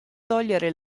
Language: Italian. togliere